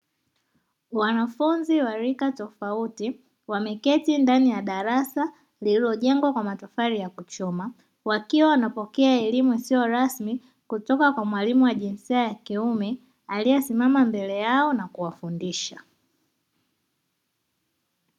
Wanafunzi wa rika tofauti wameketi ndani ya darasa lililojengwa kwa matofali ya kuchoma, wakiwa wanapokea elimu isio rasmi kutoka kwa mwalimu wa jinsia ya kiume aliyesimama mbele yao na kuwafundisha.